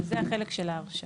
זה החלק של ההרשאה.